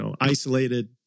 isolated